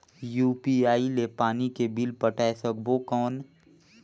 UPI ले पानी के बिल पटाय सकबो कौन?